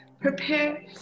prepare